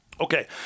Okay